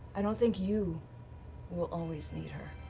i don't think you will always need her.